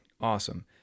awesome